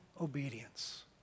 obedience